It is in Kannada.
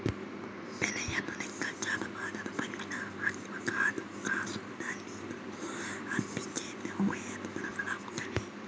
ಬೆಲೆಯನ್ನು ಲೆಕ್ಕಾಚಾರ ಮಾಡಲು ಪರಿಮಾಣಾತ್ಮಕ ಹಣಕಾಸುದಲ್ಲಿನೋ ಆರ್ಬಿಟ್ರೇಜ್ ಊಹೆಯನ್ನು ಬಳಸಲಾಗುತ್ತದೆ